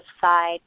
side